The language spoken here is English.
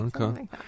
okay